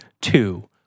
two